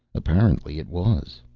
apparently it was.